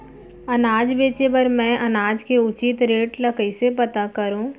अनाज बेचे बर मैं अनाज के उचित रेट ल कइसे पता करो?